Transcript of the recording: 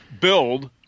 build